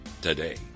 today